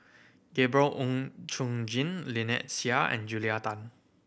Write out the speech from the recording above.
Gabriel Oon Chong Jin Lynnette Seah and Julia Tan